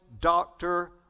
doctor